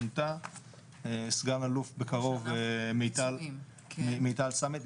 מונתה סא"ל בקרוב מיטל סמט.